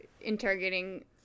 interrogating